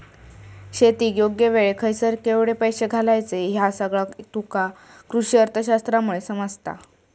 शेतीत योग्य वेळेक खयसर केवढे पैशे घालायचे ह्या सगळा तुका कृषीअर्थशास्त्रामुळे समजता